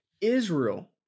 Israel